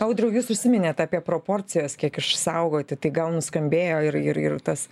audriau jūs užsiminėt apie proporcijas kiek išsaugoti tai gal nuskambėjo ir ir tas